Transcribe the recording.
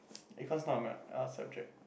econs not a m~ art subject